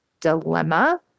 dilemma